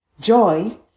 Joy